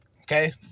Okay